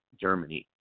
Germany